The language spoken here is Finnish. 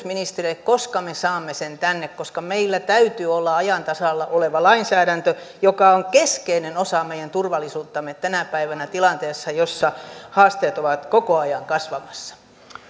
ministerille koska me saamme sen tänne meillä täytyy olla ajan tasalla oleva lainsäädäntö joka on keskeinen osa meidän turvallisuuttamme tänä päivänä tilanteessa jossa haasteet ovat koko ajan kasvamassa